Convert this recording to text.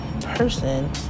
person